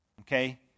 okay